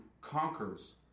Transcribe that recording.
conquers